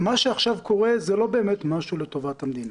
מה שעכשיו קורה זה לא באמת משהו לטובת המדינה.